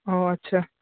ᱚ ᱟᱪᱪᱷᱟ